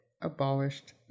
abolished